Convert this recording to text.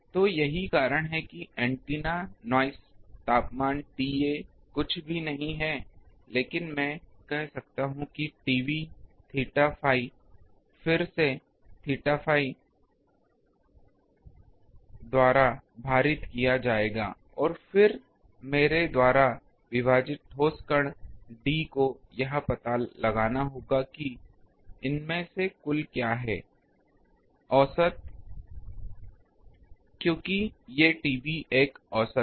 तो यही कारण है कि ऐन्टेना नॉइस तापमान TA कुछ भी नहीं है लेकिन मैं कह सकता हूं कि TB theta phi फिर से theta phi द्वारा भारित किया जाएगा और फिर मेरे द्वारा विभाजित ठोस कोण d को यह पता लगाना होगा कि इनमें से कुल क्या है औसत क्योंकि ये TB एक औसत है